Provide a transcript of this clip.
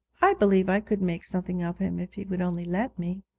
i believe i could make something of him if he would only let me